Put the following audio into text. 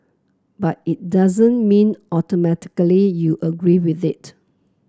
but it doesn't mean automatically you agree with it